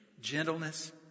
gentleness